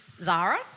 Zara